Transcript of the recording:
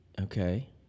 Okay